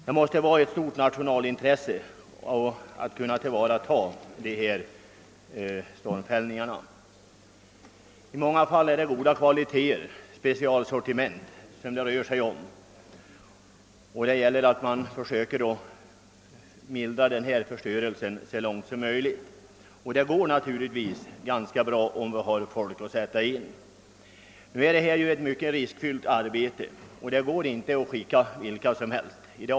Det måste vara ett stort nationalekonomiskt intresse att kunna tillvarata den stormfällda skogen. I många fall rör det sig om specialsortiment i goda kvaliteter. Det gäller att söka så långt möjligt mildra förstörelsens verkningar, och detta går naturligtvis ganska bra om man har folk att sätta in för denna uppgift. Det arbete som det här gäller är ju mycket riskfyllt. Man kan inte sätta vilka människor som helst till det.